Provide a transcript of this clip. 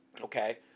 okay